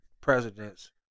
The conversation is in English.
president's